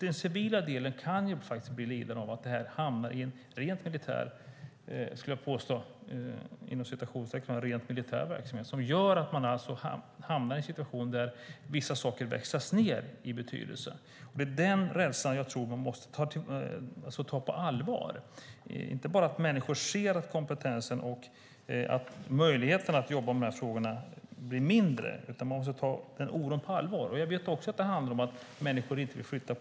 Den civila delen kan bli lidande av att detta hamnar i en rent militär verksamhet som gör att vi får en situation där vissa saker växlas ned i betydelse. Den rädslan måste man ta på allvar. Det handlar inte bara om att människor ser att kompetensen och möjligheten att jobba med de här frågorna blir mindre. Man måste ta oron på allvar. Jag vet också att det handlar om sådant som att människor inte vill flytta.